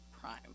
Prime